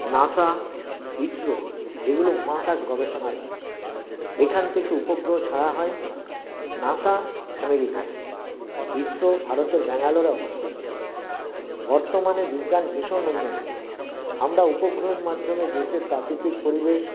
NASA ISRO এগুলো মহাকাশ গবেষণাগার এখান থেকে উপগ্রহ ছাড়া হয় নাসা আমেরিকায় ইসরো ভারতের ব্যাঙ্গালোরে অবস্থিত বর্তমানে বিজ্ঞান ভীষণ উন্নত আমরা উপগ্রহের মাধ্যমে দেশের প্রাকৃতিক পরিবেশ